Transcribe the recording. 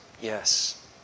Yes